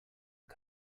are